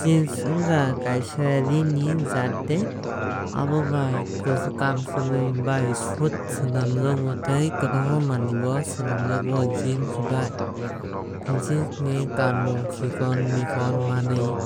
Jeans ongkha kaaisaa ree ni jaat tei abobai kamchlwui bai sut swnamjago tei kwbangma manwui bo swklamjago jeans bai. Jeans ni kanmungo chikon mikon manwui